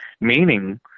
meaning